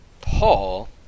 Paul